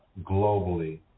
globally